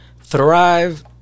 thrive